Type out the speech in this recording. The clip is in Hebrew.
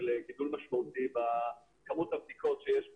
של גידול משמעותי בכמות הבדיקות שיש ביום.